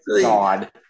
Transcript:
God